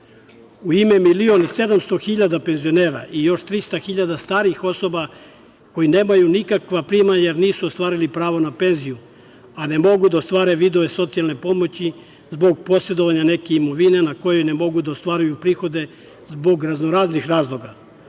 1,7 miliona penzionera i još 300 hiljada starih osoba, koji nemaju nikakva primanja, jer nisu ostvarili pravo na penziju, a ne mogu da ostvare vidove socijalne pomoći zbog posedovanja neke imovine na kojoj ne mogu da ostvaruju prihode, zbog raznoraznih razloga,